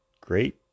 great